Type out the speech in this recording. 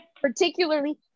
Particularly